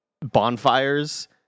bonfires